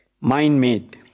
mind-made